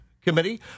Committee